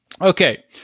Okay